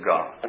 God